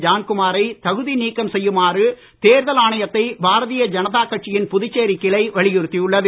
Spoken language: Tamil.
ஜான்குமாரை தகுதி நீக்கம் செய்யுமாறு தேர்தல் ஆணையத்தை பாரதீய ஜனதா கட்சியின் புதுச்சேரி கிளை வலியுறுத்தியுள்ளது